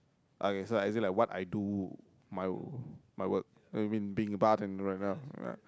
okay as in like what I do my my work what you mean being a bartender right now yeah